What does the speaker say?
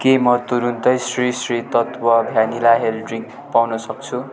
के म तुरुन्तै Sri Sri Tattva vanilla health drink पाउन सक्छु